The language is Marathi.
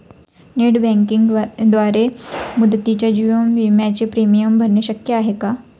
नेट बँकिंगद्वारे मुदतीच्या जीवन विम्याचे प्रीमियम भरणे शक्य आहे का?